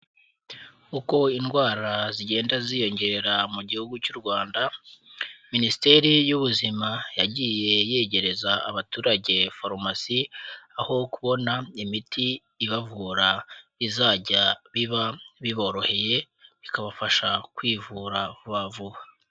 Uko indwara zigenda ziyongera mu gihugu cy'u Rwanda, minisiteri y'ubuzima yagiye yegereza abaturage farumasi, aho kubona imiti ibavura bizajya biba biboroheye bikabafasha kwivura vuba vuba.